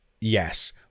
Yes